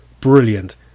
Brilliant